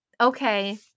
okay